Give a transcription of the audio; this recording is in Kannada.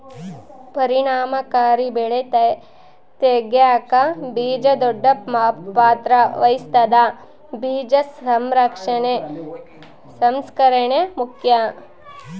ಪರಿಣಾಮಕಾರಿ ಬೆಳೆ ತೆಗ್ಯಾಕ ಬೀಜ ದೊಡ್ಡ ಪಾತ್ರ ವಹಿಸ್ತದ ಬೀಜ ಸಂರಕ್ಷಣೆ ಸಂಸ್ಕರಣೆ ಮುಖ್ಯ